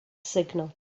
signal